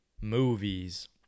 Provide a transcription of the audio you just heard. movies